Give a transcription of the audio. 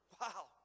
Wow